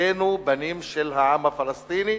היותנו בנים של העם הפלסטיני,